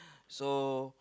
so